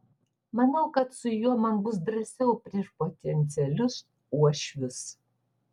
manau kad su juo man bus drąsiau prieš potencialius uošvius